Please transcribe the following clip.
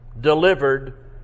delivered